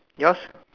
yours